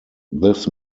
this